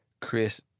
Chris